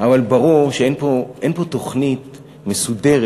אבל ברור שאין פה תוכנית מסודרת.